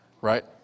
Right